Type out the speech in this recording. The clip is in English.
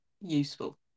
Useful